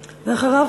אגבאריה,